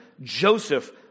Joseph